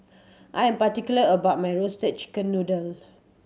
I'm particular about my Roasted Chicken Noodle